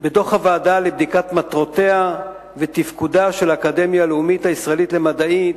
הוועדה לבדיקת מטרותיה ותפקודה של האקדמיה הלאומית הישראלית למדעים,